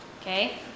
Okay